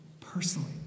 personally